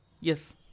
Yes